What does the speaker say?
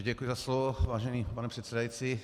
Děkuji za slovo, vážený pane předsedající.